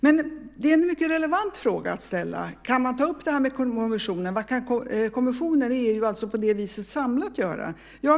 Det är emellertid mycket relevant att fråga om man kan ta upp detta med kommissionen och vad kommissionen, alltså EU samlat, kan göra.